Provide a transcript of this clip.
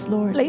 Lord